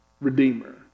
redeemer